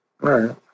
right